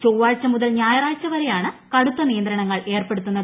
ചൊവ്വാഴ്ച മുതൽ ഞായറാഴ്ച വരെയാണ് കടുത്ത നിയന്ത്രണങ്ങൾ ഏർപ്പെടുത്തുന്നത്